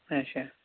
اچھا